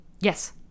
Yes